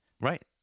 Right